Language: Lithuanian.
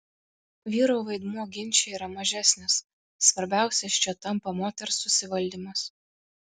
vyro vaidmuo ginče yra mažesnis svarbiausias čia tampa moters susivaldymas